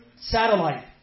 satellite